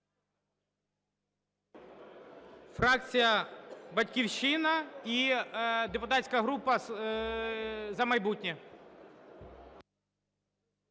Фракція "Батьківщина" і депутатська група "За майбутнє".